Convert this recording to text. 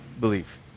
believe